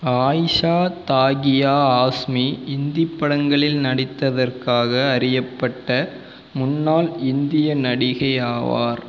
ஆயிஷா தாகியா ஆஸ்மி இந்தி படங்களில் நடித்ததற்காக அறியப்பட்ட முன்னாள் இந்திய நடிகை ஆவார்